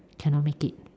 cannot make it